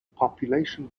population